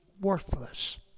worthless